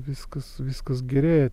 viskas viskas gerėja